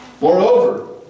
Moreover